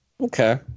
Okay